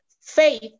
Faith